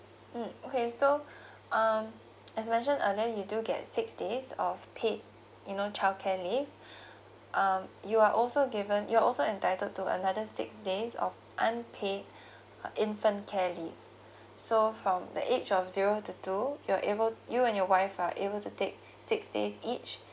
mm okay so um as mentioned earlier you do get six days of paid you know childcare leave um you are also given you're also entitled to another six days of unpaid uh infant care leave so from the age of zero to two you're able you and your wife are able to take six days each